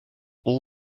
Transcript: all